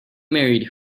married